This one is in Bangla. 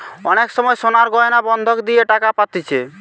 অনেক সময় সোনার গয়না বন্ধক দিয়ে টাকা পাতিছে